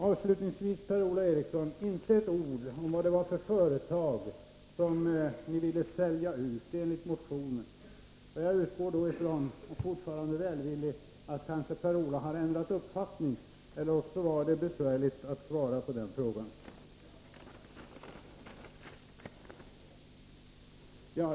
Inte ett ord, Per-Ola Eriksson, om vad det var för företag som ni ville sälja ut enligt motionen. Jag utgår ifrån, fortfarande välvillig, att Per-Ola Eriksson har ändrat uppfattning, eller också var det besvärligt att svara på den frågan.